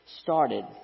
started